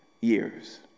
years